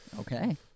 Okay